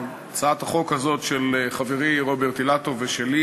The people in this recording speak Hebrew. הצעת החוק הזאת של חברי רוברט אילטוב ושלי